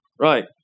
Right